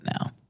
now